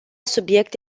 subiect